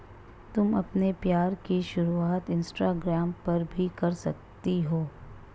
तुम अपने व्यापार की शुरुआत इंस्टाग्राम पर भी कर सकती हो